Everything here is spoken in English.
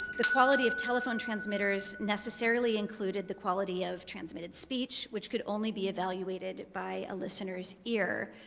the quality of telephone transmitters necessarily included the quality of transmitted speech, which could only be evaluated by a listener's ear.